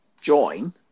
join